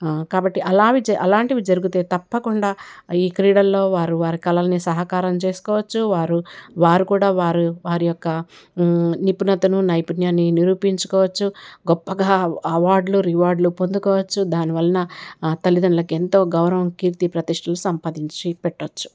కాబట్టి అలావి అలాంటివి జరిగితే తప్పకుండా ఈ క్రీడల్లో వారు వారి కలల్ని సహకారం చేసుకోవచ్చు వారు వారు కూడా వారు వారి యొక్క నిపుణతను నైపుణ్యాన్ని నిరూపించుకోవచ్చు గొప్పగా అవార్డులు రివార్డులు పొందుకోవచ్చు దాని వలన తల్లిదండ్రులకు ఎంతో గౌరవం కీర్తి ప్రతిష్టలు సంపాదించి పెట్టొచ్చు